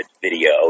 video